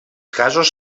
casos